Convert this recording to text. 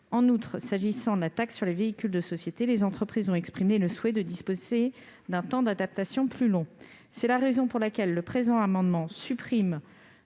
En outre, s'agissant de la taxe sur les véhicules des sociétés, les entreprises ont exprimé le souhait de disposer d'un temps d'adaptation plus long. C'est la raison pour laquelle le présent amendement vise